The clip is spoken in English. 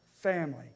family